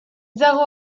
dago